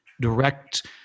direct